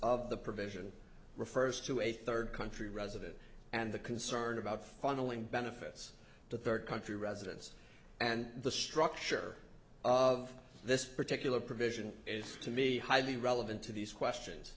of the provision refers to a third country resident and the concern about funneling benefits to third country residents and the structure of this particular provision is to me highly relevant to these questions